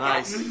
Nice